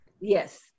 Yes